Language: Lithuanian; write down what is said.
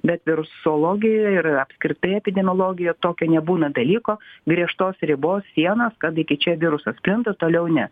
bet virusologijoj ir apskritai epidemiologijo tokio nebūna dalyko griežtos ribos sienos kad iki čia virusas plinta toliau ne